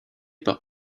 par